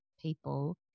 people